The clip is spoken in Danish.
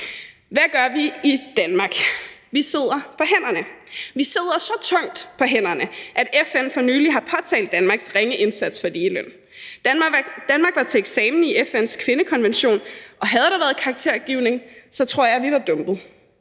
Hvad gør vi i Danmark? Vi sidder på hænderne. Vi sidder så tungt på hænderne, at FN for nylig har påtalt Danmarks ringe indsats for ligeløn. Danmark var til eksamen i FN's kvindekonvention, og havde der været karaktergivning, så tror jeg, vi var dumpet.